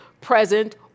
present